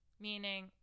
meaning